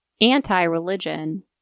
anti-religion